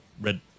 Red